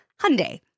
Hyundai